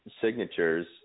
signatures